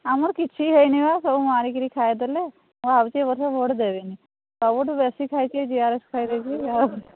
ଆମର କିଛି ହେଇନି ପା ସବୁ ମାରିକରି ଖାଇଦେଲେ ମୁଁ ଭାବୁଛି ଏ ବର୍ଷ ଭୋଟ୍ ଦେବିନି ସବୁଠୁ ବେଶୀ ଖାଇଛି ଏ ଜିଆରଏସେ ଖାଇଦେଇଛି ଆଉ